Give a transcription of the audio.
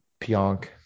Pionk